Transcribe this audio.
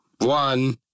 One